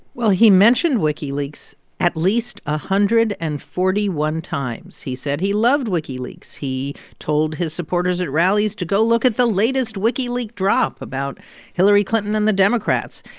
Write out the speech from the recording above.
well, he mentioned wikileaks at least one ah hundred and forty one times. he said he loved wikileaks. he told his supporters at rallies to go look at the latest wikileak drop about hillary clinton and the democrats.